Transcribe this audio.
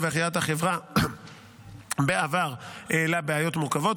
והחייאת החברה בעבר העלה בעיות מורכבות,